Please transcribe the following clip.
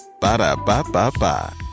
Ba-da-ba-ba-ba